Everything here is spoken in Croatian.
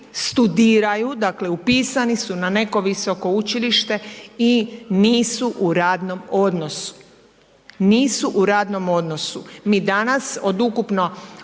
studiraju dakle, upisani su na neko visoko učilište i nisu u radnom odnosu. Mi danas od ukupno